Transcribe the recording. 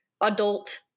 adult